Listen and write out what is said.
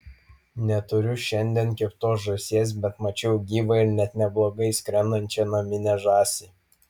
neturiu šiandien keptos žąsies bet mačiau gyvą ir net neblogai skrendančią naminę žąsį